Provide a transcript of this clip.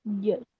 Yes